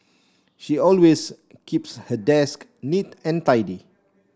she always keeps her desk neat and tidy